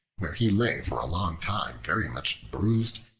where he lay for a long time very much bruised,